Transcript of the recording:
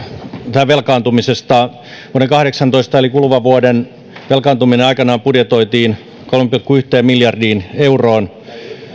velkaantumisesta vuoden kahdeksantoista eli kuluvan vuoden velkaantuminen aikanaan budjetoitiin kolmeen pilkku yhteen miljardiin euroon